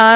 R